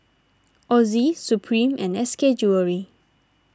Ozi Supreme and S K Jewellery